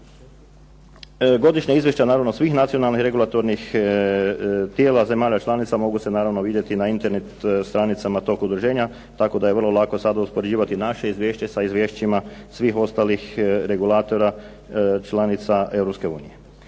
Godišnje izvješće naravno svih nacionalnih regulatornih tijela zemalja članica mogu se naravno vidjeti na internet stranicama tog udruženja tako da je vrlo lako sad uspoređivati naše izvješće sa izvješćima svih ostalih regulatora članica